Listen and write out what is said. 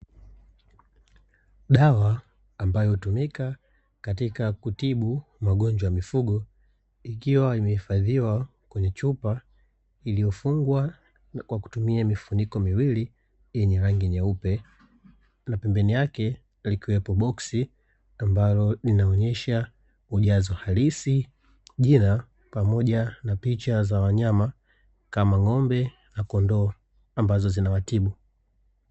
Dawa ambayo hutumika katika kutibu magonjwa mifugo ikiwa imehifadhiwa kwenye chupa iliyofungwa na kwa kutumia mifuniko miwili yenye rangi nyeupe, na pembeni yake lipo boksi ambalo linaonyesha ujazo halisi, jina, pamoja na picha za wanyama kama ng'ombe na kondoo ambazo zinawatibu.